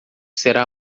será